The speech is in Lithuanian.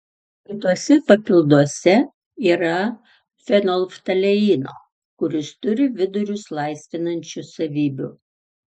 kituose papilduose yra fenolftaleino kuris turi vidurius laisvinančių savybių